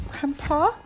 Grandpa